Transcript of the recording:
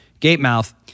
Gatemouth